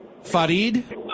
Farid